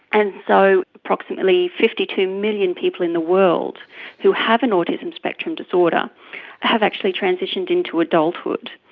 and so approximately fifty two million people in the world who have an autism spectrum disorder have actually transitioned into adulthood.